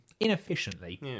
Inefficiently